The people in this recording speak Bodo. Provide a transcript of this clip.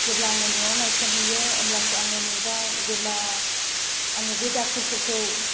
जेब्ला आङो न'आव नायसनहैयो होमब्लासो आङो नुबाय जेब्ला आङो बे दाखोरफोरखौ